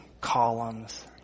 columns